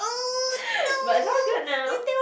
but it's all good now